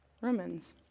Romans